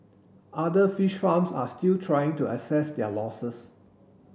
other fish farms are still trying to assess their losses